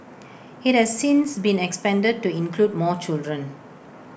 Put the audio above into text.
IT has since been expanded to include more children